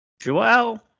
Joel